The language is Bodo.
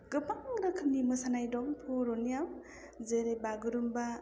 गोबां रोखोमनि मोसानाय दं बर'नियाव जेरै बागुरुम्बा